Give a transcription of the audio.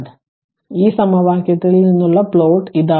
അതിനാൽ ഈ സമവാക്യത്തിൽ നിന്നുള്ള പ്ലോട്ട് ഇതാണ്